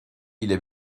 ile